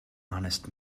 honest